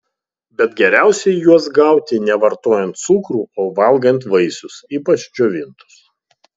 bet geriausiai jos gauti ne vartojant cukrų o valgant vaisius ypač džiovintus